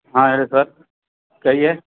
ہاں hello sir کہیے